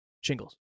shingles